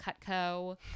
Cutco